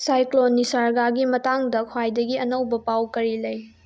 cyclone ꯅꯤꯁꯥꯔꯒꯥꯒꯤ ꯃꯇꯥꯡꯗ ꯈ꯭ꯋꯥꯏꯗꯒꯤ ꯑꯅꯧꯕ ꯄꯥꯎ ꯀꯔꯤ ꯂꯩ